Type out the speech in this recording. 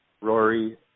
Rory